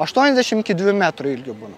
aštuoniasdešim iki dviejų metrų ilgio būna